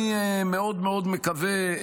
אני מאוד מקווה,